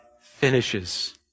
finishes